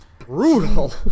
brutal